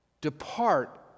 Depart